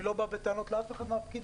אני לא בא בטענות לאף אחד מהפקידים,